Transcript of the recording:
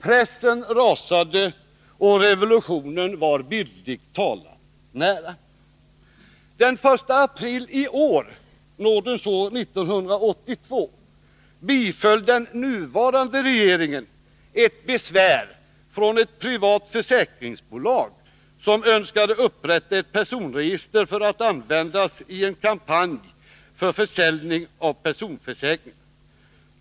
Pressen rasade, och revolutionen var bildligt talat nära. Den 1 april i år, nådens år 1982, biföll den nuvarande regeringen ett besvär från ett privat försäkringsbolag, som önskade upprätta ett personregister som skulle användas i en kampanj för försäljning av personförsäkringar.